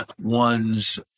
one's